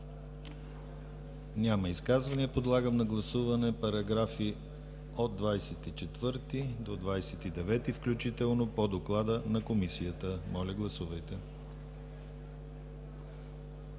Няма изказвания. Подлагам на гласуване параграфи от 24 до 29 включително по доклада на Комисията. Гласували